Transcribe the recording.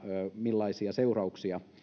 millaisia seurauksia